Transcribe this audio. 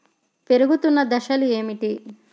పెరుగుతున్న దశలు ఏమిటి?